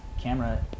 camera